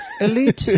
Elite